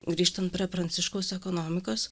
grįžtant prie pranciškaus ekonomikos